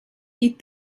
eat